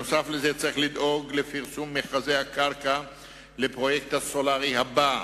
נוסף על זה צריך לדאוג לפרסום מכרזי הקרקע לפרויקט הסולרי הבא,